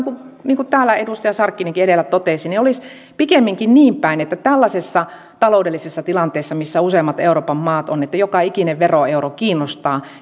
niin kuin täällä edustaja sarkkinenkin edellä totesi pikemminkin on niinpäin että tällaisessa taloudellisessa tilanteessa missä useimmat euroopan maat ovat että joka ikinen veroeuro kiinnostaa sitä